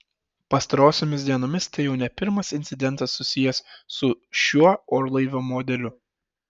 pastarosiomis dienomis tai jau ne pirmas incidentas susijęs su šiuo orlaivio modeliu